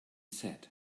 said